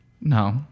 no